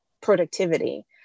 productivity